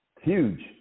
Huge